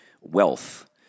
wealth